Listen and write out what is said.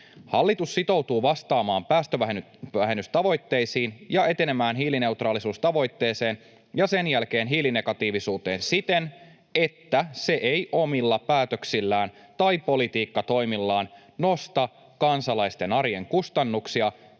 ”Hallitus on sitoutunut vastaamaan päästövähennystavoitteisiin ja etenemään hiilineutraalisuustavoitteeseen ja sen jälkeen hiilinegatiivisuuteen siten, että se ei omilla päätöksillään tai politiikkatoimillaan nosta kansalaisten arjen kustannuksia